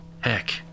Heck